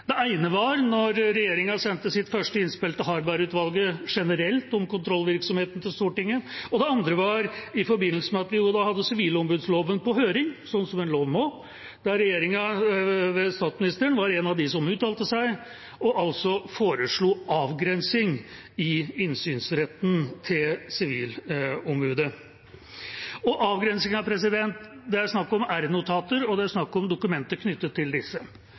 ene var da regjeringa sendte sitt første innspill til Harberg-utvalget om kontrollvirksomheten til Stortinget generelt. Den andre var i forbindelse med at vi hadde sivilombudsmannsloven på høring, som en lov må, da regjeringa ved statsministeren var en av dem som uttalte seg og altså foreslo avgrensing i innsynsretten til Sivilombudet. Avgrensingen gjelder r-notater og dokumenter knyttet til disse. Jeg er